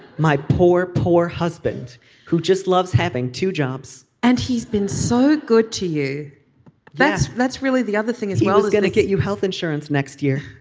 my poor poor husband who just loves having two jobs and he's been so good to you that's that's really the other thing as well is going to get you health insurance next year.